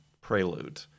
Prelude